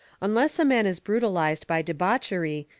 unless a man is brutalized by debauchery,